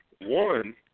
one